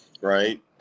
right